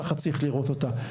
צריך לראות אותה ככה.